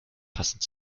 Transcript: passend